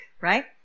right